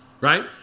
right